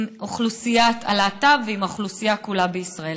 אוכלוסיית הלהט"ב ועם האוכלוסייה כולה בישראל.